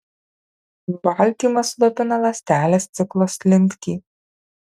baltymas slopina ląstelės ciklo slinktį